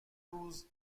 روز